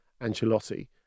Ancelotti